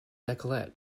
decollete